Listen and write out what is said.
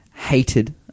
hated